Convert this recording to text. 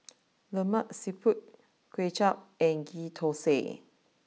Lemak Siput Kway Chap and Ghee Thosai